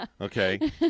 okay